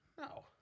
No